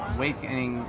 waking